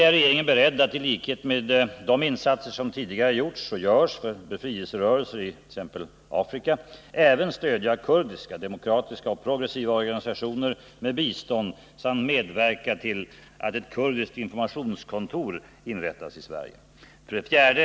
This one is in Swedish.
Är regeringen beredd att, i likhet med de insatser som tidigare gjorts och görs för befrielserörelser i t.ex. Afrika, även stödja kurdiska, demokratiska och progressiva organisationer med bistånd samt medverka till att ett kurdiskt informationskontor inrättas i Sverige? 4.